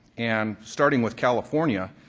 and starting with california,